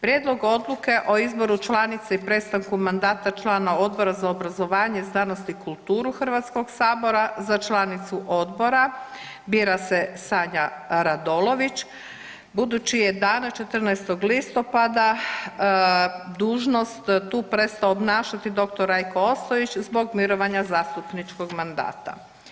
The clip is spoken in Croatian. Prijedlog odluke o izboru članice i prestanku mandata člana Odbora za obrazovanje, znanost i kulturu HS, za članicu odbora bira se Sanja Radolović budući je dana 14. listopada dužnost tu prestao obnašati dr. Rajko Ostojić zbog mirovanja zastupničkog mandata.